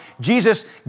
Jesus